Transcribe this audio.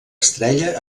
estrella